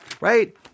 right